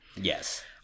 Yes